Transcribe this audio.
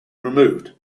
removed